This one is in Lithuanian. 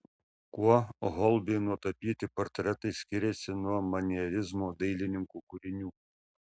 kuo holbeino tapyti portretai skiriasi nuo manierizmo dailininkų kūrinių